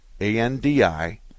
A-N-D-I